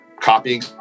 copying